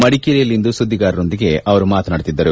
ಮಡಿಕೇರಿಯಲ್ಲಿಂದು ಸುದ್ದಿಗಾರರೊಂದಿಗೆ ಮಾತನಾಡುತ್ತಿದ್ದರು